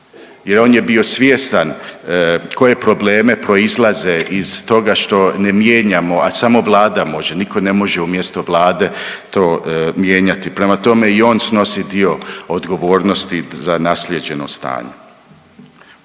jer on je bio svjestan koje problemi proizlaze iz toga što ne mijenjamo, a samo vlada može niko ne može umjesto vlade to mijenjati. Prema tome i on snosi dio odgovornosti za naslijeđeno stanje.